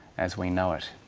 as we know it.